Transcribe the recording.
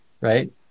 right